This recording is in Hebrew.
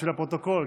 בשביל הפרוטוקול,